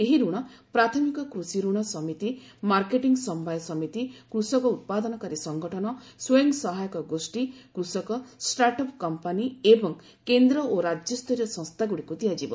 ଏହି ଋଣ ପ୍ରାଥମିକ କୃଷି ରଣ ସମିତି ମାର୍କେଟିଂ ସମବାୟ ସମିତି କୃଷକ ଉତ୍ପାଦନକାରୀ ସଙ୍ଗଠନ ସ୍ୱୟଂ ସହାୟକ ଗୋଷ୍ଠୀ କୃଷକ ଷ୍ଟାର୍ଟ ଅପ୍ କମ୍ପାନୀ ଏବଂ କେନ୍ଦ୍ର ଓ ରାଜ୍ୟସ୍ତରୀୟ ସଂସ୍ଥାଗୁଡ଼ିକୁ ଦିଆଯିବ